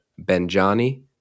Benjani